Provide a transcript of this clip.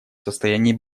состоянии